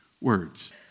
words